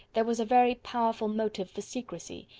there was a very powerful motive for secrecy,